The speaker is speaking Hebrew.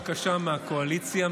אם תהיה בקשה מיוחדת מהקואליציה,